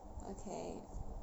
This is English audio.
okay